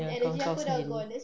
dengan kau sekali